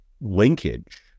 linkage